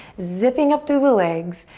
zipping up through the legs,